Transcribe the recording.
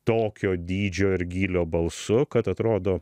tokio dydžio ir gylio balsu kad atrodo